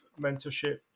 mentorship